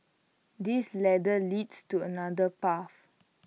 this ladder leads to another path